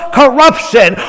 corruption